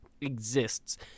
exists